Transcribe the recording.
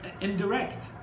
indirect